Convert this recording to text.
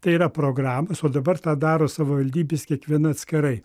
tai yra programos o dabar tą daro savivaldybės kiekviena atskirai